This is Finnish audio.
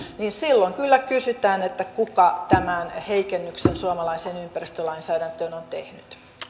niin silloin kyllä kysytään kuka tämän heikennyksen suomalaiseen ympäristölainsäädäntöön on tehnyt